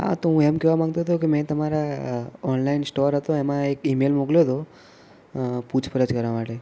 હા તો હું એમ કહેવા માંગતો હતો કે મેં તમારા ઓનલાઈન સ્ટોર હતો તેમાં એક ઈમેલ મોકલ્યો હતો પૂછપરછ કરવા માટે